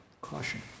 caution